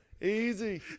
easy